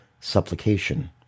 supplication